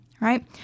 right